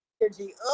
energy